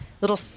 little